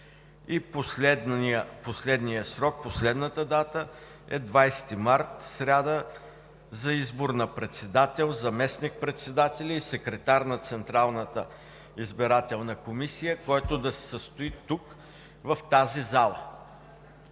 И последният срок, последната дата е 20 март 2019 г., сряда, за избор на председател, заместник-председатели и секретар на Централната избирателна комисия, който да се състои тук, в тази зала.